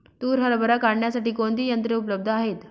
तूर हरभरा काढण्यासाठी कोणती यंत्रे उपलब्ध आहेत?